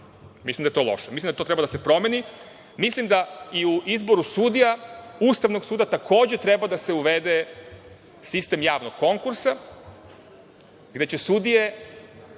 Mislim da je to loše, mislim da to treba da se promeni, mislim da i u izboru sudija Ustavnog suda takođe treba da se uvede sistem javnog konkursa, gde će se sudije